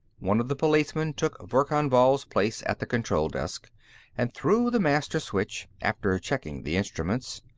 one of the policemen took verkan vall's place at the control desk and threw the master switch, after checking the instruments.